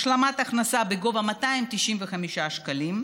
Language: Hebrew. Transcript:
השלמת הכנסה בגובה 295 שקלים.